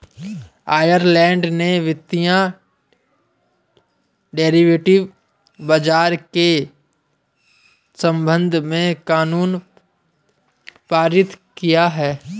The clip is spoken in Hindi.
आयरलैंड ने वित्तीय डेरिवेटिव बाजार के संबंध में कानून पारित किया है